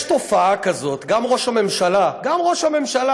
יש תופעה כזאת, גם ראש הממשלה, גם ראש הממשלה